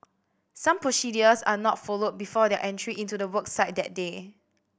some procedures are not followed before their entry into the work site that day